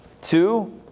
two